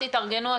תתארגנו,